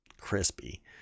crispy